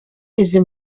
izi